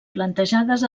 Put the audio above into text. plantejades